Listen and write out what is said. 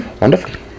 wonderful